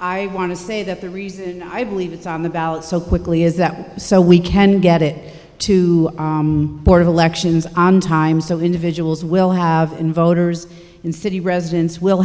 i want to say that the reason i believe it's on the ballot so quickly is that so we can get it to board of elections on time so individuals will have in voters and city residents will